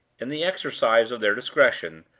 in the exercise of their discretion,